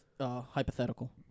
hypothetical